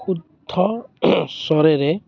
শুদ্ধ স্বৰেৰে